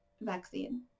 vaccine